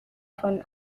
von